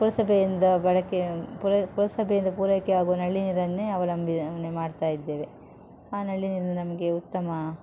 ಪುರಸಭೆಯಿಂದ ಬಳಕೆ ಪುರ ಪುರಸಭೆಯಿಂದ ಪೂರೈಕೆಯಾಗುವ ನಲ್ಲಿ ನೀರನ್ನೇ ಅವಲಂಬನೆ ಮಾಡ್ತಾಯಿದ್ದೇವೆ ಆ ನಲ್ಲಿ ನೀರು ನಮಗೆ ಉತ್ತಮ